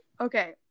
Okay